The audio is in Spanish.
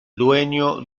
dueño